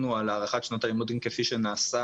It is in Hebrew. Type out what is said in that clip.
הוא על הארכת שנת הלימודים כפי שנעשה